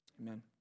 amen